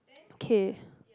okay